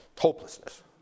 hopelessness